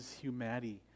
humanity